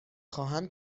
خواهم